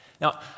Now